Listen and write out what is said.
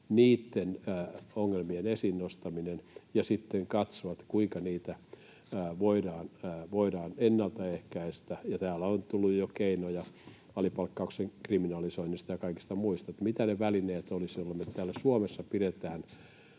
niitten ongelmien esiin nostaminen — ja sitten katsottaisiin, kuinka niitä voidaan ennaltaehkäistä. Täällä on tullut jo keinoja, alipalkkauksen kriminalisointi ja kaikki muut, että mitä ne välineet olisivat, joilla me täällä Suomessa pidetään